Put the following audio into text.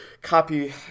copy